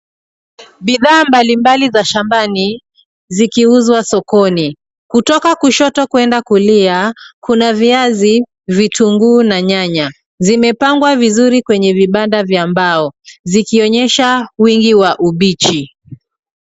Bidhaa mbalimbali za shambani, zikiuzwa sokoni. Kutoka kushoto kwenda kulia, kuna viazi, vitunguu na nyanya. Zimepangwa vizuri kwenye vibanda vya mbao, zikionyesha wingi wa ubichi.